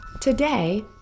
Today